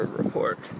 report